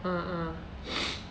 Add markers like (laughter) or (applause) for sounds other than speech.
ah ah (noise)